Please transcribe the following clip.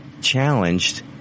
challenged